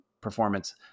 performance